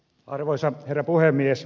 arvoisa herra puhemies